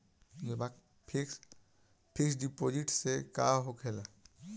Fix deposit से का होखे ला?